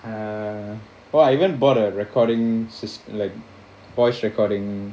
uh oh I even bought a recording sys~ like voice recording